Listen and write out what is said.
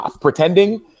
pretending